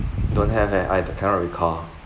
don't have eh I cannot recall